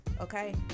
Okay